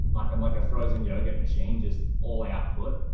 like i'm like a frozen yogurt machine, just all output.